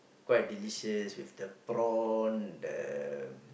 quite delicious with the prawn the